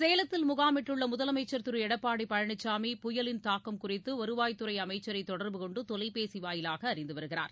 சேலத்தில் முகாமிட்டுள்ளமுதலமைச்சர் திருளடப்பாடிபழனிசாமி புயலின் தாக்கம் குறித்துவருவாய் துறைஅமைச்சரைதொடர்பு கொண்டுதொலைபேசிவாயிலாகஅறிந்துவருகிறார்